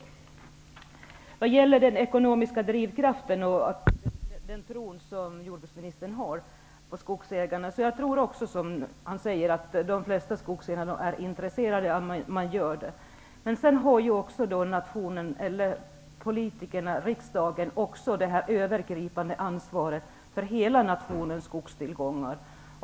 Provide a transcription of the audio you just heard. När det gäller den ekonomiska drivkraften och den tro som jordbruksministern har på skogsägarna tror jag också att de flesta skogsägarna är intresserade av sin skog. Men riksdagen har också det övergripande ansvaret för hela nationens skogstillgångar.